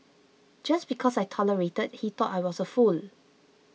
just because I tolerated he thought I was a fool